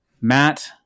Matt